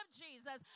Jesus